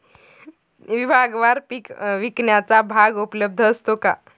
विभागवार पीक विकण्याचा भाव उपलब्ध असतो का?